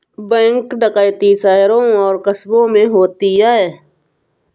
bank डकैती शहरों और कस्बों में होती है